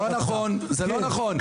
זה לא נכון.